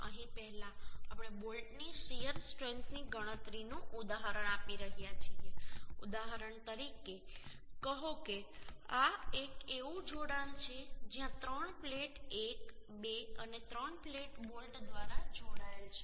અહીં પહેલા આપણે બોલ્ટની શીયર સ્ટ્રેન્થની ગણતરીનું ઉદાહરણ આપી રહ્યા છીએ ઉદાહરણ તરીકે કહો કે આ એક એવું જોડાણ છે જ્યાં ત્રણ પ્લેટ એક બે અને ત્રણ પ્લેટ બોલ્ટ દ્વારા જોડાયેલ હોય છે